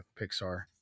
Pixar